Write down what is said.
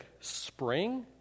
spring